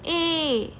eh